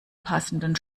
passenden